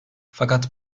fakat